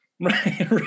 Right